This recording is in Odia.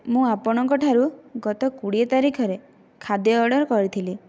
ମୁଁ ଆପଣଙ୍କ ଠାରୁ ଗତ କୋଡ଼ିଏ ତାରିଖରେ ଖାଦ୍ୟ ଅର୍ଡ଼ର କରିଥିଲି